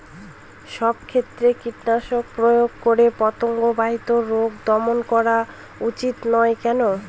সব ক্ষেত্রে কীটনাশক প্রয়োগ করে পতঙ্গ বাহিত রোগ দমন করা উচিৎ নয় কেন?